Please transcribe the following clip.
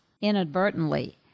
inadvertently